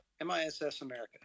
M-I-S-S-America